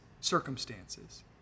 circumstances